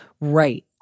Right